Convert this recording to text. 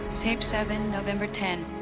tape seven, november ten.